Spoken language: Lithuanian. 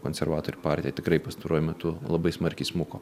konservatorių partija tikrai pastaruoju metu labai smarkiai smuko